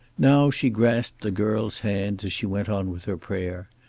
now she grasped the girl's hand as she went on with her prayer.